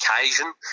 occasion